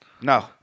No